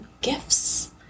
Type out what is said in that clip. gifts